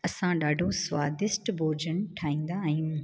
असां ॾाढो स्वादीष्ट भोजन ठाहींदा आहियूं